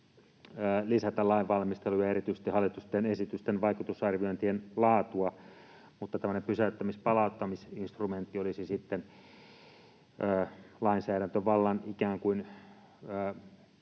lisätä lainvalmistelua ja erityisesti hallitusten esitysten vaikutusarviointien laatua. Mutta tämmöinen pysäyttämis-palauttamisinstrumentti olisi sitten lainsäädäntövallan ikään kuin